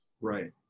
Right